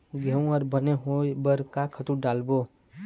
गेहूं हर बने होय बर का खातू देबो?